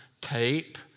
tape